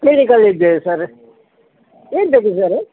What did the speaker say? ಕ್ಲಿನಿಕಲ್ಲಿ ಇದ್ದೇವೆ ಸರ್ ಎಂತಕ್ಕೆ ಸರ